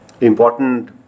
important